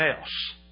else